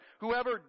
whoever